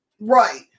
Right